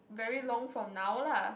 very long from now lah